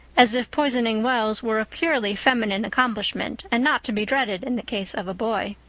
as if poisoning wells were a purely feminine accomplishment and not to be dreaded in the case of a boy.